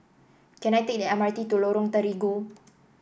can I take the M R T to Lorong Terigu